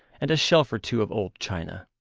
and a shelf or two of old china.